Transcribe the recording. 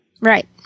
Right